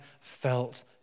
felt